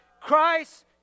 Christ